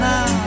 Now